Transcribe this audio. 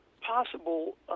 possible